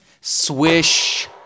Swish